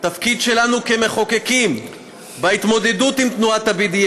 התפקיד שלנו כמחוקקים בהתמודדות עם תנועת ה-BDS